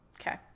okay